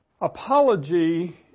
Apology